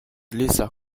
lisa